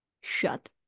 shut